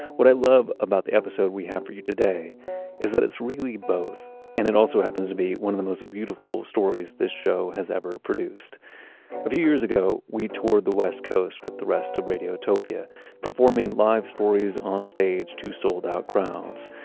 what i love about the episode we have for you today is that it's really both and it also happens to be one of the most beautiful stories this show has ever produced a few years ago we toured the west coast with the rest of radiotopia performing live stories on stage to sold-out crowds.